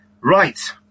Right